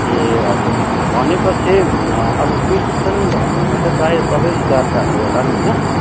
ए हजुर भनेपछि अब क्रिस्चियन धर्ममा चाहिँ प्रायः सबै जातकाहरू होलान होइन